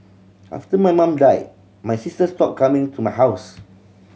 after my mum died my sister stopped coming to my house